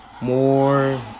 more